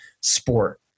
sport